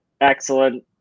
excellent